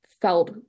felt